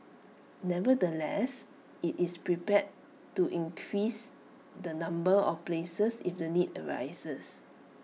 nevertheless IT is prepared to increase the number of places if the need arises